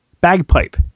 bagpipe